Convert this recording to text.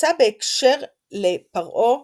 נמצא בהקשר לפרעה